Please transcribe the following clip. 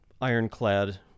ironclad